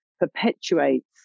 perpetuates